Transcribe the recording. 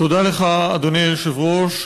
תודה לך, אדוני היושב-ראש.